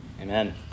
Amen